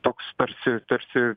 toks tarsi tarsi